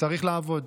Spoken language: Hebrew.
צריך לעבוד.